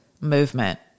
movement